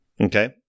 Okay